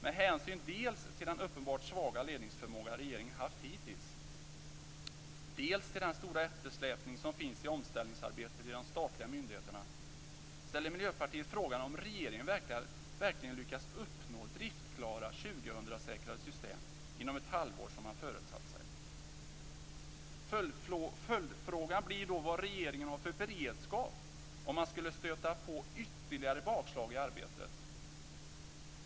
Med hänsyn dels till den uppenbart svaga ledningsförmåga regeringen hittills haft, dels till den stora eftersläpning som finns i omställningsarbetet i de statliga myndigheterna, ställer Miljöpartiet frågan om regeringen verkligen lyckas uppnå driftklara 2000-säkrade system inom ett halvår, som man föresatt sig. Följdfrågan blir vad regeringen har för beredskap om man skulle stöta på ytterligare bakslag i arbetet.